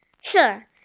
Sure